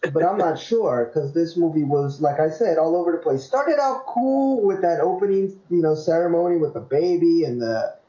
and but um sure because this will be was like i said all over to play started out cool with that opening you know ceremony with a baby and that